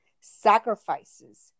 sacrifices